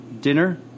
dinner